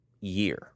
year